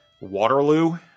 Waterloo